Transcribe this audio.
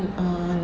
ah